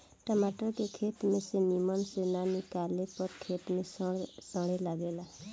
टमाटर के खेत में से निमन से ना निकाले पर खेते में सड़े लगेला